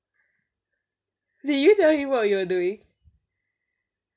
did you tell him what you were doing